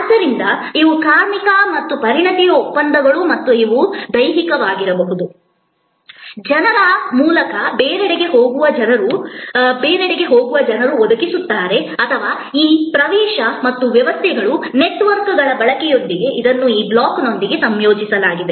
ಆದ್ದರಿಂದ ಇವು ಕಾರ್ಮಿಕ ಮತ್ತು ಪರಿಣತಿಯ ಒಪ್ಪಂದಗಳು ಮತ್ತು ಇವು ದೈಹಿಕವಾಗಿರಬಹುದು ಜನರ ಮೂಲಕ ಬೇರೆಡೆಗೆ ಹೋಗುವ ಜನರು ಒದಗಿಸುತ್ತಾರೆ ಅಥವಾ ಈ ಪ್ರವೇಶ ಮತ್ತು ವ್ಯವಸ್ಥೆಗಳು ಮತ್ತು ನೆಟ್ವರ್ಕ್ಗಳ ಬಳಕೆಯೊಂದಿಗೆ ಇದನ್ನು ಈ ಬ್ಲಾಕ್ನೊಂದಿಗೆ ಸಂಯೋಜಿಸಬಹುದು